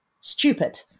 stupid